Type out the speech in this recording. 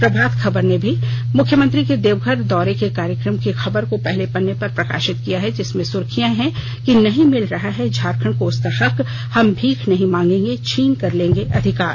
प्रभात खबर ने भी मुख्यमंत्री के देवघर दौरे के कार्यक्रम की खबर को पहले पन्ने पर प्रकाशित किया है जिसमें सुर्खिया हैं कि नहीं मिल रहा है झारखंड को उसका हक हम भीख नहीं मांगेंगे छीनकर लेंगे अधिकार